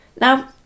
Now